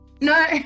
No